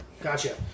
Gotcha